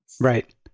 Right